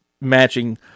matching